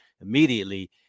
immediately